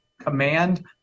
command –